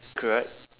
correct